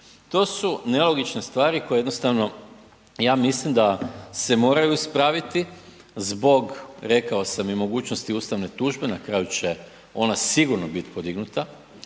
To su nelogične stvari koje jednostavno ja mislim da se moraju ispraviti zbog, rekao sam i mogućnosti ustavne tužbe, na kraju će ona sigurno biti podignuta